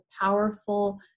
powerful